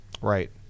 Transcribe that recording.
right